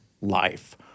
life